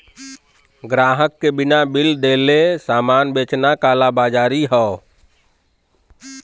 ग्राहक के बिना बिल देले सामान बेचना कालाबाज़ारी हौ